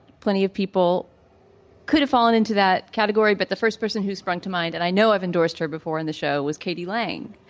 plenty of people could have fallen into that category but the first person who sprung to mind and i know i've endorsed her before in the show was katy lang